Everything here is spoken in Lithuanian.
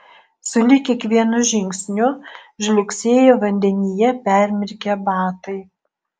sulig kiekvienu žingsniu žliugsėjo vandenyje permirkę batai